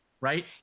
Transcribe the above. right